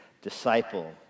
disciple